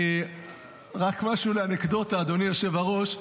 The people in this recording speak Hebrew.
רק משהו לאנקדוטה, אדוני היושב-ראש.